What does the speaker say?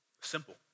Simple